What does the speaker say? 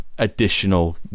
Additional